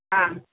ஆ